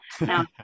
now